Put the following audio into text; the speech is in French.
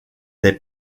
des